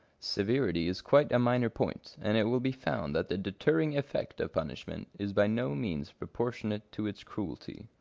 severity is quite a minor point, and it will be found that the deterring effect of punishment is by no means proportionate to its cruelty.